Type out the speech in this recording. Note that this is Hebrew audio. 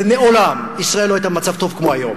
ומעולם ישראל לא היתה במצב טוב כמו היום.